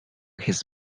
his